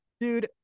Dude